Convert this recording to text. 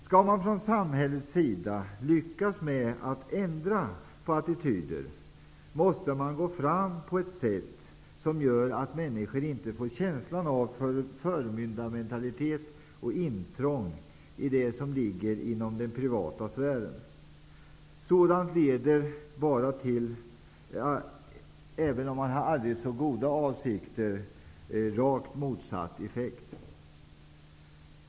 Skall man från samhällets sida lyckas att ändra på attityder, måste man gå fram på ett sätt som gör att människor inte får känslan av förmyndarmentalitet och intrång i det som ligger inom den privata sfären. Sådant leder bara till att aldrig så goda avsikter kan få rakt motsatt effekt.